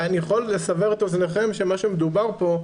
אני יכול לסבר את אוזניכם שמה שמדובר פה,